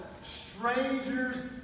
Strangers